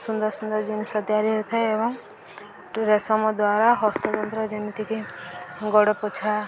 ସୁନ୍ଦର ସୁନ୍ଦର ଜିନିଷ ତିଆରି ହୋଇଥାଏ ଏବଂ ରେଶମ ଦ୍ୱାରା ହସ୍ତତନ୍ତ୍ର ଯେମିତିକି ଗୋଡ଼ ପୋଛା